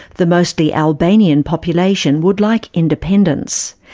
the mostly albanian population would like independence.